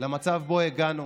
מהמצב שאליו הגענו,